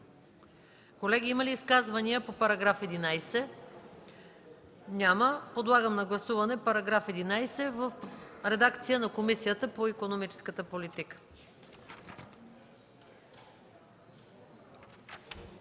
Колеги, има ли изказвания по § 11? Няма. Подлагам на гласуване § 11 в редакцията на Комисията по икономическата политика.